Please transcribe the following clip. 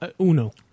Uno